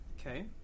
Okay